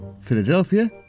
Philadelphia